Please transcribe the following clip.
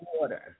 Water